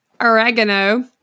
oregano